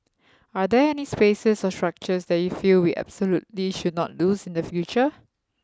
are there any spaces or structures that you feel we absolutely should not lose in the future